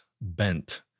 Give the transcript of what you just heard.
bent